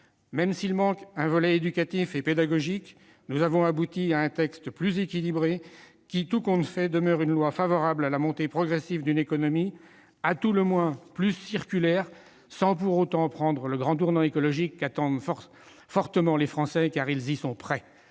Même s'il manque un volet éducatif et pédagogique, nous avons abouti à un texte plus équilibré, tout compte fait favorable à la montée progressive d'une économie à tout le moins plus circulaire, sans qu'il s'agisse pour autant du grand tournant écologique qu'attendent les Français, qui y sont prêts.